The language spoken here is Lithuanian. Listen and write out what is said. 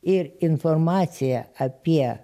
ir informacija apie